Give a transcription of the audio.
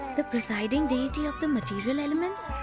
the presiding deity of the material elements?